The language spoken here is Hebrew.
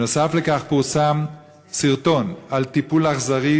בנוסף לכך פורסם סרטון על טיפול אכזרי,